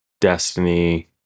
Destiny